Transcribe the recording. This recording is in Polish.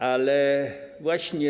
Ale właśnie.